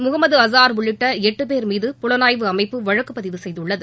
முகமது அஸார் உள்ளிட்ட எட்டு பேர் மீது புலனாய்வு அமைப்பு வழக்கு பதிவு செய்துள்ளது